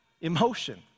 emotion